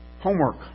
Homework